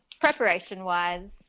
preparation-wise